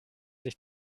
sich